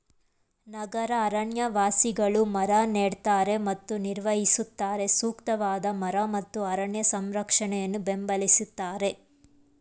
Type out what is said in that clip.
ನಗರ ಅರಣ್ಯವಾಸಿಗಳು ಮರ ನೆಡ್ತಾರೆ ಮತ್ತು ನಿರ್ವಹಿಸುತ್ತಾರೆ ಸೂಕ್ತವಾದ ಮರ ಮತ್ತು ಅರಣ್ಯ ಸಂರಕ್ಷಣೆಯನ್ನು ಬೆಂಬಲಿಸ್ತಾರೆ